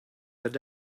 their